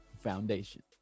foundation